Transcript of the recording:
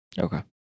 Okay